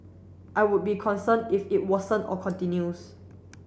I would be concerned if it worsen or continues